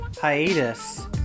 hiatus